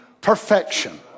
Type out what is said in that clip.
perfection